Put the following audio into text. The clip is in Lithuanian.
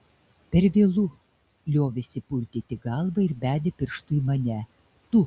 per vėlu liovėsi purtyti galvą ir bedė pirštu į mane tu